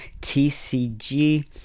TCG